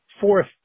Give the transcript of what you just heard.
fourth